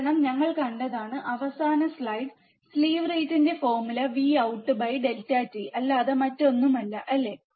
കാരണം ഞങ്ങൾ കണ്ടതാണ് അവസാന സ്ലൈഡ് സ്ലീവ് റേറ്റിന്റെ ഫോർമുല ∆Vout ∆t അല്ലാതെ മറ്റൊന്നുമല്ല അല്ലേ